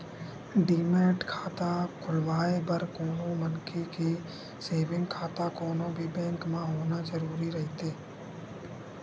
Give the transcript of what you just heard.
demat खाता खोलवाय बर कोनो मनखे के सेंविग खाता कोनो भी बेंक म होना जरुरी रहिथे